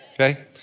Okay